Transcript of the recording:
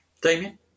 Damien